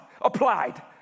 Applied